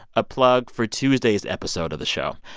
a plug for tuesday's episode of the show.